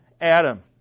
Adam